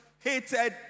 hated